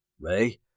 Ray